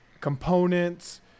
components